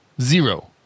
Zero